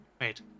Wait